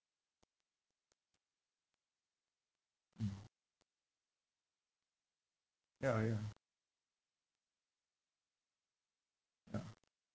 mm ya ya ya